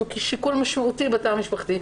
שהוא שיקול משמעותי בתא המשפחתי,